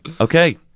Okay